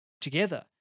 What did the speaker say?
together